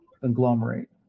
conglomerate